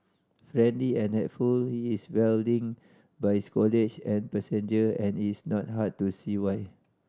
friendly and helpful he is welling by his colleague and passenger and is not hard to see why